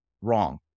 Wrong